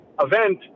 event